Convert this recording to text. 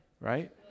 right